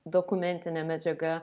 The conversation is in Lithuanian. dokumentinė medžiaga